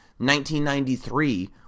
1993